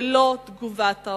ללא תגובת העולם.